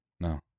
No